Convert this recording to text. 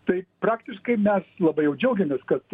tai praktiškai mes labai jau džiaugiamės kad